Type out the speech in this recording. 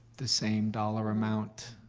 the same dollar amount.